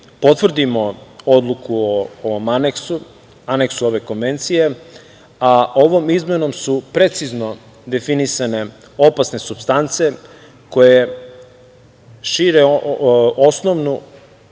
ovom Aneksu, Aneksu ove Konvencije, a ovom izmenom su precizno definisane opasne supstance koje šire osnovu